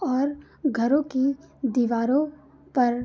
और घरों की दीवारों पर